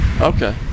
Okay